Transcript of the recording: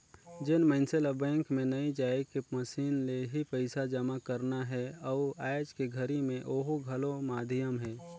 जेन मइनसे ल बैंक मे नइ जायके मसीन ले ही पइसा जमा करना हे अउ आयज के घरी मे ओहू घलो माधियम हे